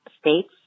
states